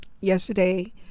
Yesterday